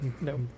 No